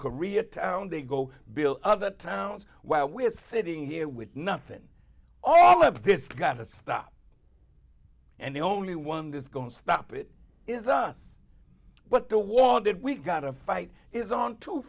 koreatown they go build other towns while we're sitting here with nothing all of this got to stop and the only one that's going to stop it is us what the wall did we got a fight is on two